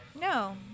No